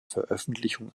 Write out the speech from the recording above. veröffentlichung